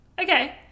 Okay